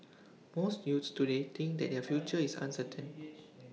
most youths today think that their future is uncertain